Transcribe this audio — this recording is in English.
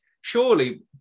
surely